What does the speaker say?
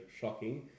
shocking